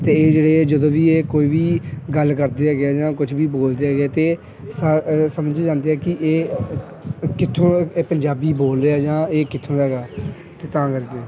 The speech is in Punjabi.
ਅਤੇ ਇਹ ਜਿਹੜੇ ਜਦੋਂ ਵੀ ਇਹ ਕੋਈ ਵੀ ਗੱਲ ਹੈਗੇ ਹੈ ਜਾਂ ਕੁਛ ਵੀ ਬੋਲਦੇ ਹੈਗੇ ਹੈ ਤਾਂ ਸ ਸਮਝ ਜਾਂਦੇ ਹੈ ਕਿ ਇਹ ਕਿੱਥੋਂ ਇਹ ਪੰਜਾਬੀ ਬੋਲ ਰਿਹਾ ਹੈ ਜਾਂ ਇਹ ਕਿੱਥੋਂ ਦਾ ਹੈਗਾ ਅਤੇ ਤਾਂ ਕਰਕੇ